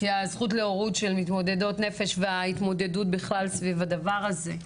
כי הזכות להורות של מתמודדות נפש וההתמודדות בכלל סביב הדבר הזה.